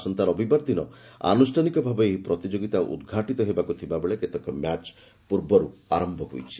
ଆସନ୍ତା ରବିବାର ଦିନ ଆନୁଷ୍ଠାନିକ ଭାବେ ଏହି ପ୍ରତିଯୋଗିତା ଉଦ୍ଘାଟିତ ହେବାକୁ ଥିବାବେଳେ କେତେକ ମ୍ୟାଚ୍ ପୂର୍ବରୁ ଆରମ୍ଭ ହୋଇଯାଇଛି